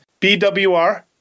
BWR